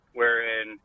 wherein